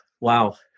wow